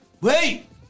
wait